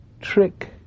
trick